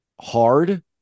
hard